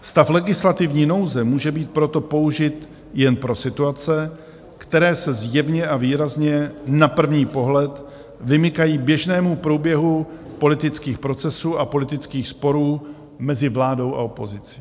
Stav legislativní nouze může být proto použit jen pro situace, které se zjevně a výrazně na první pohled vymykají běžnému průběhu politických procesů a politických sporů mezi vládou a opozicí.